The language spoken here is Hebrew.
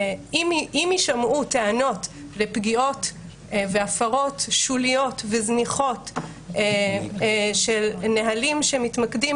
אם יישמעו טענות לפגיעות והפרות שוליות וזניחות של נהלים שמתמקדים